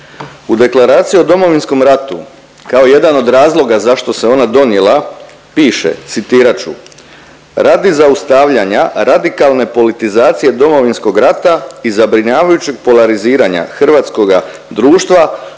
U Deklaraciji o Domovinskom ratu kao jedan od razloga zašto se ona donijela piše, citirat ću, radi zaustavljanja radikalne politizacije Domovinskog rata i zabrinjavajućeg polariziranja hrvatskoga društva,